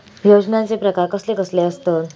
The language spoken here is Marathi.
योजनांचे प्रकार कसले कसले असतत?